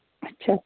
اَچھا